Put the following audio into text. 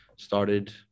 Started